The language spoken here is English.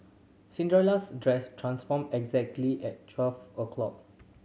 Cinderella's dress transformed exactly at twelve o'clock